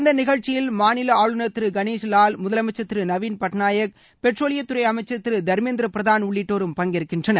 இந்த நிகழ்ச்சியில் மாநில ஆளுநர் திரு கணேஷி லால் முதலமைச்சர் திரு நவின் பட்நாயக் பெட்ரோலியத் துறை அமைச்சர் திரு தர்மேந்திர பிரதான் உள்ளிட்டோரும் பங்கேற்கின்றனர்